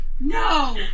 No